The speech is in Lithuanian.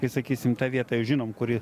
ir sakysim tą vietą žinom kuri